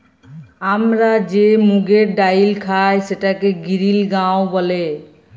আমরা যে মুগের ডাইল খাই সেটাকে গিরিল গাঁও ব্যলে